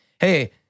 Hey